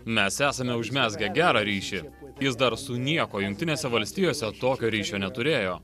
mes esame užmezgę gerą ryšį jis dar su niekuo jungtinėse valstijose tokio ryšio neturėjo